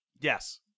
Yes